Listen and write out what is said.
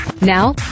Now